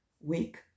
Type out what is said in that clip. wake